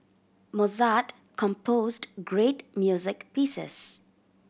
Mozart composed great music pieces